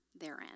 therein